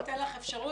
אני אתן לך אפשרות.